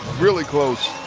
really close.